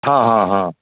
हँ हँ हँ